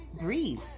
breathe